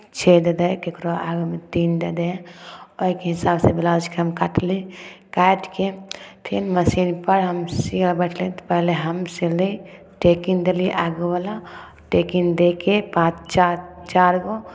छओ दे दै हइ ककरो आगूमे तीन दे दै हइ ओइके हिसाबसँ हम ब्लाउजके काटली काटिके फेर मशीनपर हम सीयै बैठली तऽ पहिले हम सिली टेकिंग देली आगूवला टेकिंग दे के पॉँच चारि गो